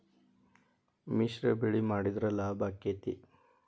ಮಿಶ್ರ ಬೆಳಿ ಮಾಡಿದ್ರ ಲಾಭ ಆಕ್ಕೆತಿ?